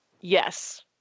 Yes